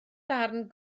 darn